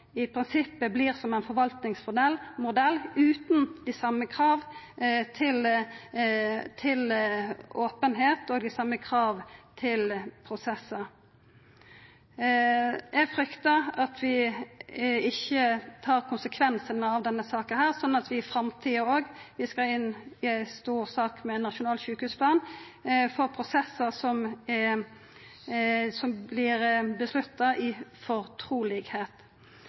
i prinsippet vert som ein forvaltingsmodell utan dei sama krava til openheit og dei same krava til prosessar. Eg fryktar at vi ikkje tar konsekvensen av denne saka, og at vi også i framtida – vi skal behandla ei stor sak om nasjonal sjukehusplan – får prosessar som vert vedtatte i fortrulegheit. Så til § 26: Stortinget vedtok i